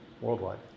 worldwide